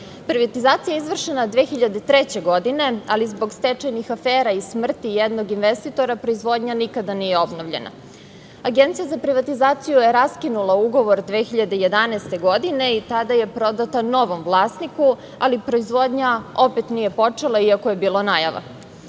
Privatizacija je izvršena 2003. godine, ali zbog stečajnih afera i smrti jednog investitora proizvodnja nikada nije obnovljena. Agencija za privatizaciju je raskinula ugovor 2011. godine i tada je prodata novom vlasniku, ali proizvodnja opet nije počela, iako je bilo najava. Selo